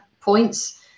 points